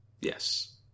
Yes